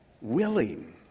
willing